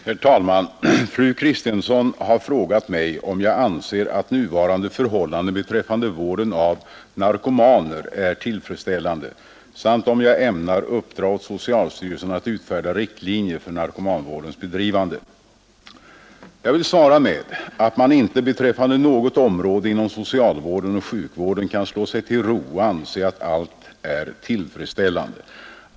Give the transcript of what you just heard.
Herr talman! Fru Kristensson har frågat mig om jag anser att nuvarande förhållanden beträffande vården av narkomaner är tillfredsställande samt om jag ämnar uppdra åt socialstyrelsen att utfärda riktlinjer för narkomanvårdens bedrivande. Jag vill svara att man inte beträffande något område inom socialvården och sjukvården kan slå sig till ro och anse att allt är tillfredsställande.